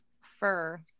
fur